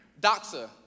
Doxa